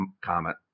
comment